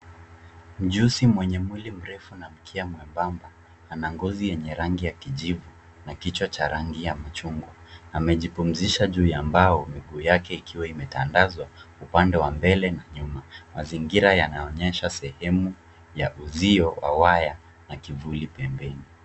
Mjusi mwenye mwili mrefu na mkia mwembamba. Ana ngozi yenye rangi ya kijivu na kichwa cha rangi ya machungwa. Amejipumzisha juu ya mbao miguu yake ikiwa imetandazwa upande wa mbele na nyuma. Mazingira yanaonyesha sehemu ya uzio wa waya na kivuli pembeni.